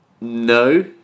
no